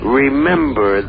remember